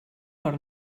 per